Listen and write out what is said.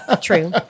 True